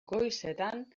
goizetan